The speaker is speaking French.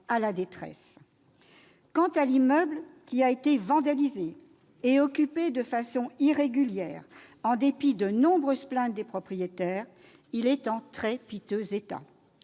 Quant à l'immeuble, il a été vandalisé et occupé de façon irrégulière en dépit de nombreuses plaintes des propriétaires. Il est en très piteux état,